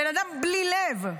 בן אדם בלי לב,